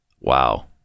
Wow